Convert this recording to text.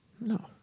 No